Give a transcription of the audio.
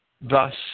Thus